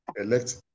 elect